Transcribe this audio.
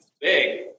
big